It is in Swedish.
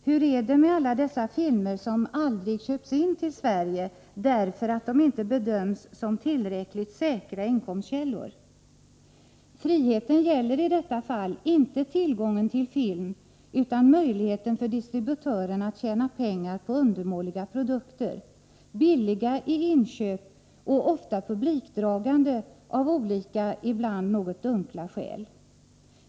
Hur är det med alla dessa filmer som aldrig köps in till Sverige därför att de inte bedöms som tillräckligt säkra inkomstkällor? Friheten gäller i detta fall inte tillgången till film utan möjligheten för distributören att tjäna pengar på undermåliga produkter, billiga i inköp och ofta publikdragande, av olika — ibland något dunkla — skäl.